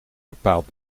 bepaalt